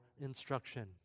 instruction